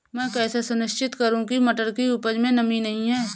मैं कैसे सुनिश्चित करूँ की मटर की उपज में नमी नहीं है?